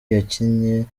yakinnye